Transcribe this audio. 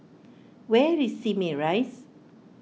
where is Simei Rise